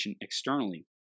externally